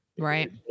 Right